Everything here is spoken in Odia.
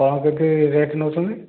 କ'ଣ କେତେ ରେଟ୍ ନେଉଛନ୍ତି